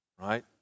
Right